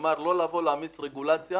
כלומר לא להעמיס רגולציה